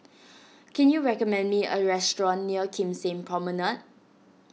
can you recommend me a restaurant near Kim Seng Promenade